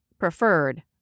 Preferred